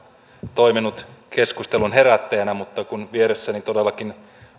toiminut keskustelun herättäjänä mutta kun vieressäni todellakin